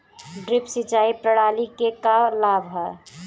Drip सिंचाई प्रणाली के का लाभ ह?